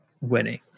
winning